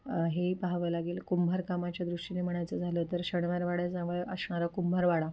हे पाहावं लागेल कुंभारकामाच्या दृष्टीने म्हणायचं झालं तर शनवारवाड्याजवळ असणारा कुंभारवाडा